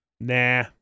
nah